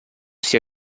sia